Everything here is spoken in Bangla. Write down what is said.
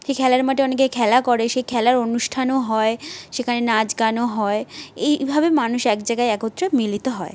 সেই খেলার মাঠে অনেকে খেলা করে সেই খেলার অনুষ্ঠানও হয় সেখানে নাচ গানও হয় এইভাবে মানুষ এক জায়গায় একত্রে মিলিত হয়